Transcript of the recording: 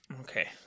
Okay